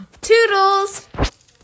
Toodles